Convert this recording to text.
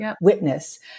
witness